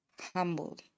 humble